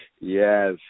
Yes